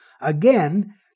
Again